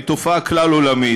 היא תופעה כלל-עולמית,